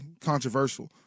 controversial